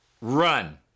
Run